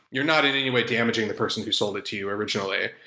you're not in any way damaging the person who sold it to you originally.